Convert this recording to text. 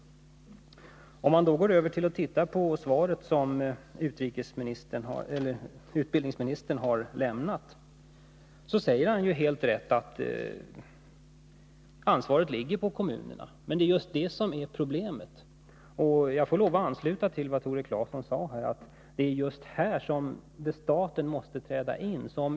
För att gå över till det svar som utbildningsministern har lämnat, så säger han helt riktigt att ansvaret ligger på kommunerna. Men det är just det som är problemet. Jag får lov att ansluta mig till vad Tore Claeson sade, nämligen att det är just här som staten måste träda in.